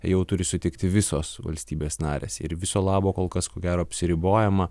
jau turi sutikti visos valstybės narės ir viso labo kol kas ko gero apsiribojama